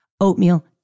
oatmeal